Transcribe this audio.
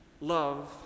Love